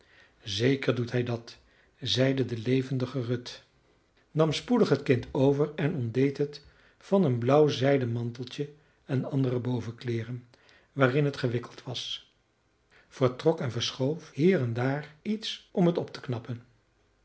zeker doet hij dat zeide de levendige ruth nam spoedig het kind over en ontdeed het van een blauw zijden manteltje en andere bovenkleeren waarin het gewikkeld was vertrok en verschoof hier en daar iets om het op te knappen